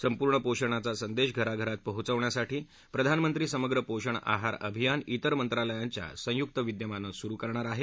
संपूर्ण पोषणाचा संदेश घरा घरात पोहोचवण्यासाठी प्रधानमंत्री समग्र पोषण आहार अभियान िव्वर मंत्रालयांच्या संयुक्त विद्यमानं सुरु करणार आहे